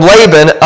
Laban